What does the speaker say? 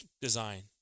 design